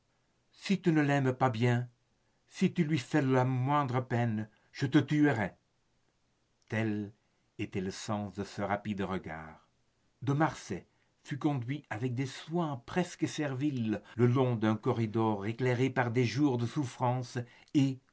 si tu ne l'aimes pas bien si tu lui fais la moindre peine je te tuerai tel était le sens de ce rapide regard de marsay fut conduit avec des soins presque serviles le long d'un corridor éclairé par des jours de souffrance et